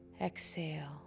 exhale